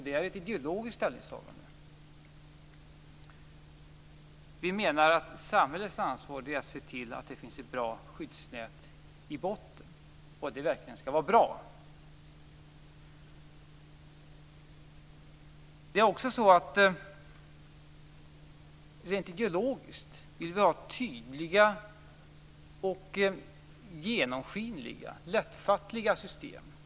Det är ett ideologiskt ställningstagande. Vi menar att samhällets ansvar är att se till att det finns ett bra skyddsnät i botten och att det verkligen skall vara bra. Rent ideologiskt vill vi ha tydliga och genomskinliga, lättfattliga system.